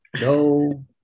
No